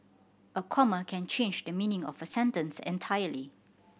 a comma can change the meaning of a sentence entirely